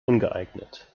ungeeignet